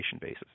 basis